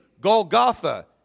Golgotha